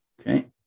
Okay